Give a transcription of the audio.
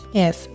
yes